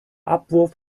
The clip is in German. abwurf